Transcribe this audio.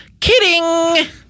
Kidding